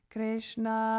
Krishna